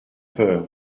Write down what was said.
peur